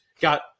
got